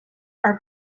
are